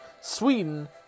Sweden